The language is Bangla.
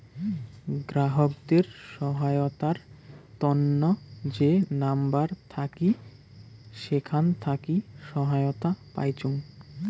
গ্রাহকদের সহায়তার তন্ন যে নাম্বার থাকি সেখান থাকি সহায়তা পাইচুঙ